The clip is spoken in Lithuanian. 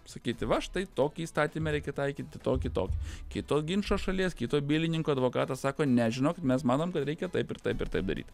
sakyti va štai tokį įstatymę reikia taikyti tokį tokį kito ginčo šalies kito bylininko advokatas sako ne žinokit mes manom kad reikia taip ir taip ir taip daryt